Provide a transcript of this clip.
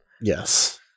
Yes